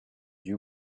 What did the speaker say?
you